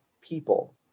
people